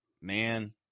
man